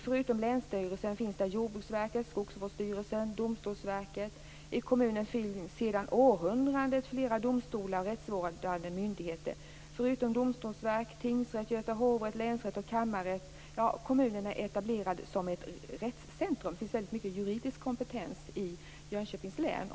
Förutom länsstyrelsen finns Jordbruksverket, Skogsvårdsstyrelsen och Domstolsverket. I kommunen finns sedan århundraden flera domstolar och rättsvårdande myndigheter förutom Domstolsverket: tingsrätt, Göta hovrätt, länsrätt och kammarrätt. Kommunen är etablerad som ett rättscentrum. Det finns stor juridisk kompetens i Jönköpings län.